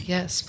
Yes